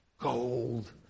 Gold